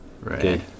Right